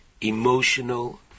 emotional